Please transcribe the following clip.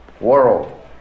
world